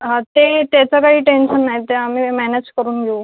हा ते त्याचं काही टेंशन नाही ते आम्ही मॅनेज करून घेऊ